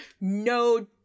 no